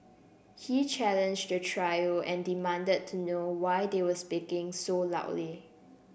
he challenged the trio and demanded to know why they were speaking so loudly